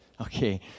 Okay